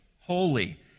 holy